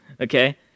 okay